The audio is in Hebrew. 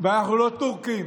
ואנחנו לא טורקים,